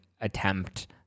attempt